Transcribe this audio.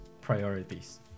Priorities